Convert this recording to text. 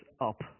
up